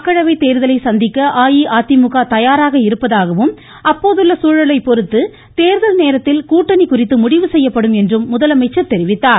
மக்களவை தேர்தலை சந்திக்க அஇஅதிமுக தயாராக இருப்பதாகவும் அப்போதுள்ள சசூழலை பொருத்து தேர்தல் நேரத்தில் கூட்டணி குறித்து முடிவு செய்யப்படும் என்றும் முதலமைச்சர் தெரிவித்தார்